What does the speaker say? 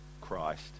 Christ